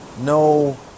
No